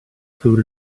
food